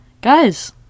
guys